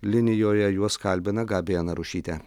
linijoje juos kalbina gabija narušytė